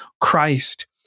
Christ